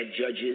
judges